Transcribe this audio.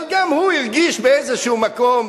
אבל גם הוא הרגיש באיזה מקום,